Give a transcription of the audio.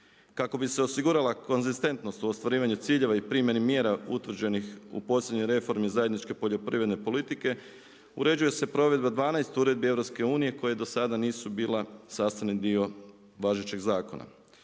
Kako bi se osigurala konzistentnost u ostvarivanju ciljeva i primjeni mjera utvrđenih u posljednjoj reformi zajedničke poljoprivredne politike uređuje se provedba 12 uredbi UN koje do sada nisu bila sastavni dio važećeg zakona.